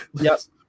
yes